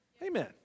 amen